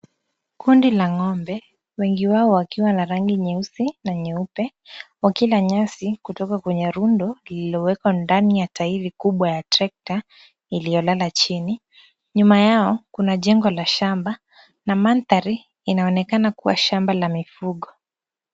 Kundi la ng'ombe wengi wao wakiwa na rangi nyeusi na nyeupe wakila nyasi kutoka kwenye rundo lililowekwa ndani ya tairi kubwa ya trekta iliyolala chini. Nyuma yao kuna jengo la shamba na mandhari inaonekana kuwa shamba la mifugo.